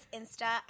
insta